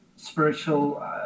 spiritual